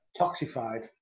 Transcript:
toxified